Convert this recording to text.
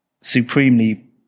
supremely